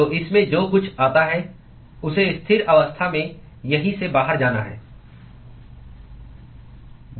तो इसमें जो कुछ आता है उसे स्थिर अवस्था में यहीं से बाहर जाना है